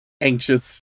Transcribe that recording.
anxious